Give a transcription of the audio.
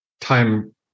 time